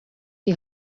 die